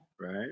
Right